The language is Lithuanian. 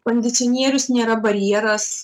kondicionierius nėra barjeras